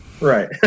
right